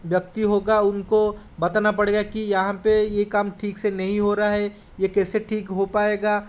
व्यक्ति होगा उनको बताना पड़ेगा कि यहाँ पर ये काम ठीक से नहीं हो रहा है यह कैसे ठीक हो पाएगा